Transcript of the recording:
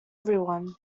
everyone